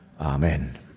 Amen